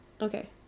Okay